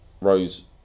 Rose